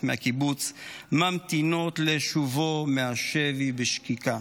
מהקיבוץ ממתינות לשובו מהשבי בשקיקה.